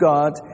God